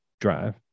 drive